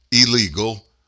illegal